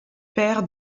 pères